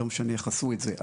לא משנה איך עשו את זה,